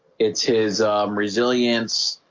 it's his resilience,